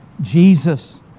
Jesus